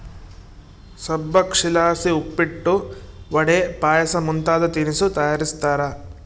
ಸಬ್ಬಕ್ಶಿಲಾಸಿ ಉಪ್ಪಿಟ್ಟು, ವಡೆ, ಪಾಯಸ ಮುಂತಾದ ತಿನಿಸು ತಯಾರಿಸ್ತಾರ